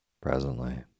Presently